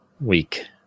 week